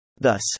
Thus